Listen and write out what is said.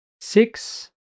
six